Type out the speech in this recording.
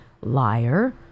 liar